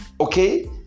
okay